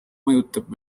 mõjutab